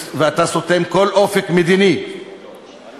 ואתה סותם כל אופק מדיני ונותן,